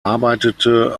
arbeitete